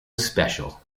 special